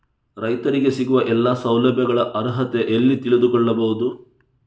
ರೈತರಿಗೆ ಸಿಗುವ ಎಲ್ಲಾ ಸೌಲಭ್ಯಗಳ ಅರ್ಹತೆ ಎಲ್ಲಿ ತಿಳಿದುಕೊಳ್ಳಬಹುದು?